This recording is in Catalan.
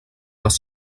les